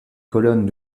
colonnes